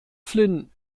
flynn